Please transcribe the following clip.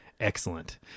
excellent